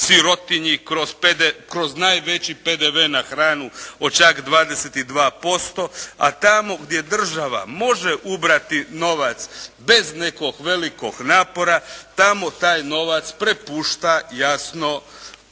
kroz najveći PDV na hranu od čak 22%, a tamo gdje država može ubrati novac bez nekog velikog napora tamo taj novac prepušta jasno